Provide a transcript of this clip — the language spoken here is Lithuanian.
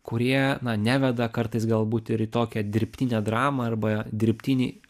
kurie na neveda kartais galbūt ir į tokią dirbtinę dramą arba dirbtinį